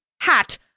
hat